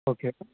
okay